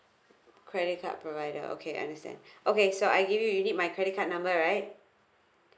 credit card provider okay understand okay so I give you you need my credit card number right